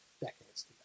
decades